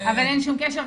אבל אין שום קשר.